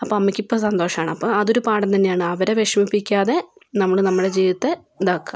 അപ്പോൾ അമ്മയ്ക്ക് ഇപ്പോൾ സന്തോഷമാണ് അപ്പോൾ അതൊരു പാഠം തന്നേയാണ് അവരെ വിഷമിപ്പിക്കാതെ നമ്മള് നമ്മുടെ ജീവിതത്തെ ഇതാക്കുക